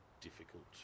difficult